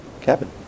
cabin